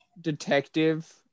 detective